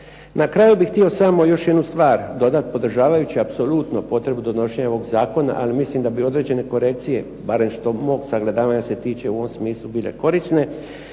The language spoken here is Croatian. Na kraju bih htio još samo jednu stvar dodati, podržavajući apsolutno potrebu donošenja ovog Zakona, ali mislim da bi određene korekcije barem što mog sagledavanja se tiče u ovom smislu bile korisne,